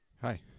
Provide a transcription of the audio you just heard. Hi